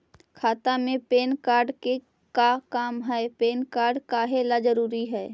खाता में PAN card के का काम है पैन कार्ड काहे ला जरूरी है?